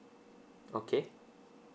okay